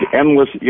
endless